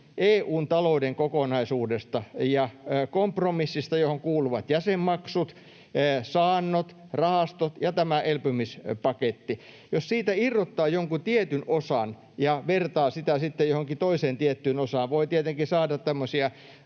EU:n talouden kokonaisuudesta ja kompromissista, johon kuuluvat jäsenmaksut, saannot, rahastot ja tämä elpymispaketti. Jos siitä irrottaa jonkun tietyn osan ja vertaa sitä sitten johonkin toiseen tiettyyn osaan, voi tietenkin saada tämmöisiä